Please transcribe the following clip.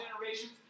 generations